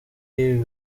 y’ibi